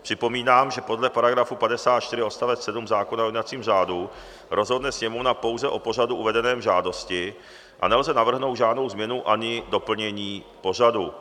Připomínám, že podle § 54 odst. 7 zákona o jednacím řádu rozhodne Sněmovna pouze o pořadu uvedeném v žádosti a nelze navrhnout žádnou změnu ani doplnění pořadu.